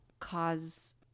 cause